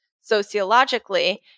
sociologically